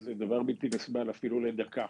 זה דבר בלתי נסבל אפילו לדקה